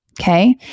okay